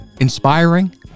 inspiring